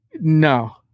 No